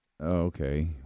Okay